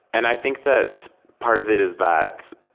and i think that part of it is that,